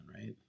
right